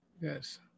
Yes